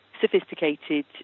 sophisticated